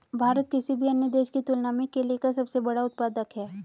भारत किसी भी अन्य देश की तुलना में केले का सबसे बड़ा उत्पादक है